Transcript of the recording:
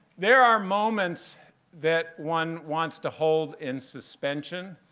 there are moments that one wants to hold in suspension,